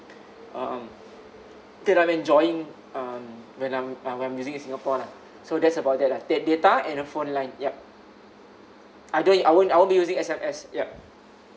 um data enjoying um when I'm when I'm using in singapore lah so that's about that lah that data and a phone line yup I don't I won't I won't be using S_M_S yup